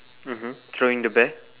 mmhmm throwing the bear